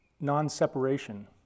non-separation